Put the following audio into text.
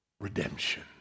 redemption